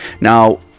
Now